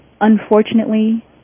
Unfortunately